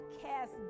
cast